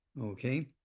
okay